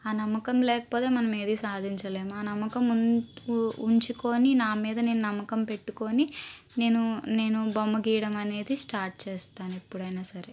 ఆ నమ్మకం లేకపోతే మనమేది సాధించలేము ఆ నమ్మకం ఉంచుకొని నా మీద నేను నమ్మకం పెట్టుకొని నేను నేను బొమ్మ గీయడం అనేది స్టార్ట్ చేస్తాను ఎప్పుడైనా సరే